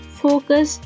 focus